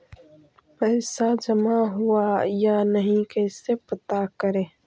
पैसा जमा हुआ या नही कैसे पता करे?